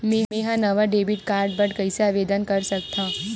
मेंहा नवा debit card बर कैसे आवेदन कर सकथव?